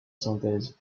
synthèse